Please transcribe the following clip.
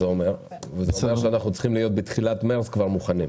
זה אומר שאנחנו צריכים להיות בתחילת מרץ כבר מוכנים.